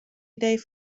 idee